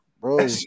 Bro